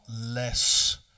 less